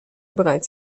bereits